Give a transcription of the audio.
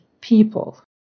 people